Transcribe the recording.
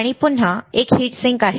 आणि पुन्हा एक हीट सिंक आहे